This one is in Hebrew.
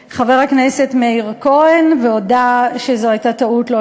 אכן, חברי הכנסת, נא להקשיב